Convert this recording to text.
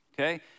Okay